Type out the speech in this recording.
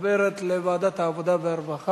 תגמולים לנשים השוהות במקלטים לנשים מוכות (מענק